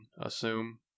assume